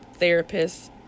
therapists